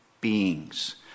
beings